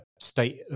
state